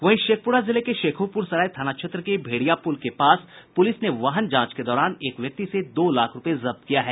वहीं शेखपुरा जिले के शेखोपुर सराय थाना क्षेत्र के भेड़िया पुल के पास पुलिस ने वाहन जांच के दौरान एक व्यक्ति से दो लाख रूपये जब्त किया है